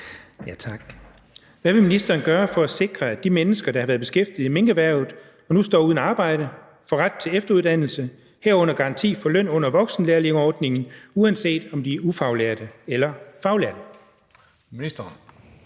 Tak. Hvad vil ministeren gøre for at sikre, at de mennesker, der har været beskæftiget i minkerhvervet og nu står uden arbejde, får ret til efteruddannelse, herunder garanti for løn under voksenlærlingeordningen, uanset om de er ufaglærte eller faglærte? Kl.